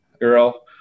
girl